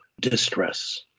distress